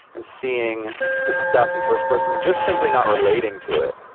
and seeing this stuff in first person, and just simply not relating to it.